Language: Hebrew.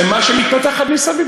תעשייה שלמה שמתפתחת מסביב.